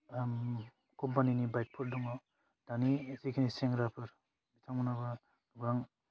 कम्पानिनि बाइकफोर दङ दानि जेखिनि सेंग्राफोर बिथांमोनाबो गोबां